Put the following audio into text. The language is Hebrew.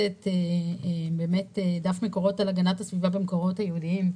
דף על הגנת הסביבה במקורות היהודיים,